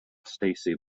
stacy